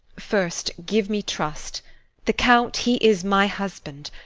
first give me trust the count he is my husband,